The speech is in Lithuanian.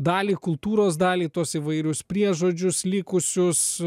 dalį kultūros dalį tuos įvairius priežodžius likusius